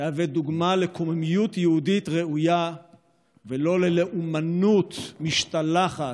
תהווה דוגמה לקוממיות יהודית ראויה ולא ללאומנות משתלחת,